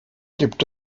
gibt